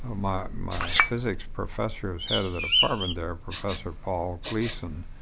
ah my my physics professor who was head of the department there, professor paul gleason,